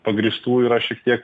pagrįstų yra šiek tiek